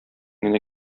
генә